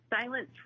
silence